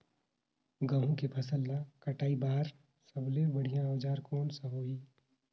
गहूं के फसल ला कटाई बार सबले बढ़िया औजार कोन सा होही?